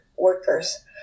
workers